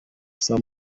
saa